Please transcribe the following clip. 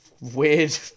weird